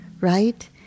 right